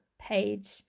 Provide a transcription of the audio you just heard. page